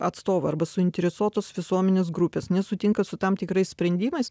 atstovai arba suinteresuotos visuomenės grupės nesutinka su tam tikrais sprendimais